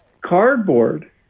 cardboard